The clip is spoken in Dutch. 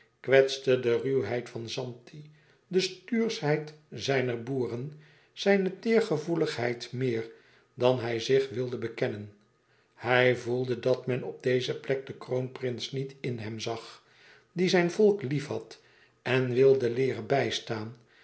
kwetste de ruwheid van zanti de stuurschheid zijner boeren zijne teêrgevoeligheid meer dan hij zich wilde bekennen hij voelde dat men op deze plek den kroonprins niet in hem zag die zijn volk liefhad en het wilde leeren kennen en bijstaan